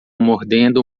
mordendo